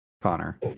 Connor